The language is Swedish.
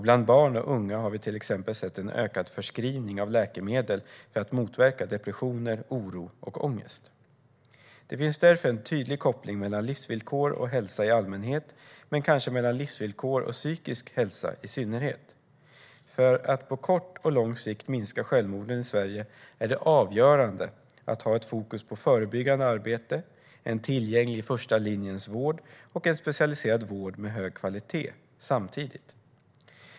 Bland barn och unga har vi till exempel sett en ökad förskrivning av läkemedel för att motverka depressioner, oro och ångest. Det finns därför en tydlig koppling mellan livsvillkor och hälsa i allmänhet, men kanske mellan livsvillkor och psykisk hälsa i synnerhet. För att på kort och lång sikt minska självmorden i Sverige är det avgörande att samtidigt ha ett fokus på förebyggande arbete, en tillgänglig första linjens vård och en specialiserad vård med hög kvalitet.